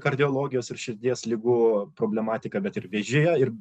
kardiologijos ir širdies ligų problematika bet ir vėžyje ir